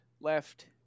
left